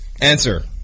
Answer